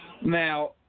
Now